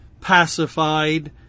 pacified